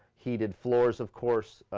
heated floors of course,